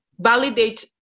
Validate